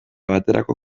baterako